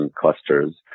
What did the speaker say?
clusters